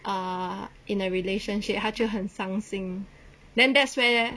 ah in a relationship 他就很伤心 then that's where